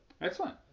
excellent